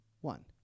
One